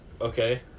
okay